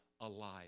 alive